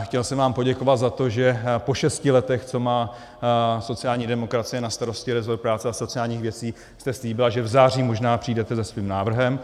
Chtěl jsem vám poděkovat za to, že po šesti letech, co má sociální demokracie na starosti rezort práce a sociálních věcí, jste slíbila, že v září možná přijdete se svým návrhem.